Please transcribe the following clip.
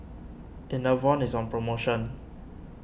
Enervon is on promotion